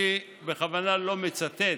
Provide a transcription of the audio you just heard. אני בכוונה לא מצטט